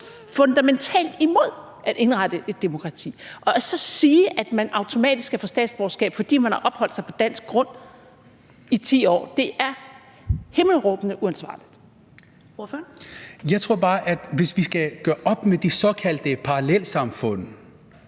fundamentalt imod at indrette et demokrati. Så at sige, at man automatisk skal kunne få statsborgerskab, fordi man har opholdt sig på dansk grund i 10 år, er himmelråbende uansvarligt. Kl. 14:19 Første næstformand (Karen Ellemann):